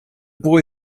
boy